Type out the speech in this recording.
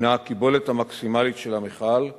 הינה הקיבולת המקסימלית של המכל,